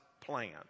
plan